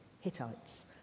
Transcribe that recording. Hittites